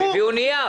הם הביאו נייר.